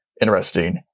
interesting